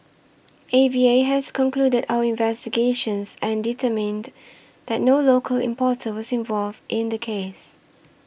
A V A has concluded our investigations and determined that no local importer was involved in the case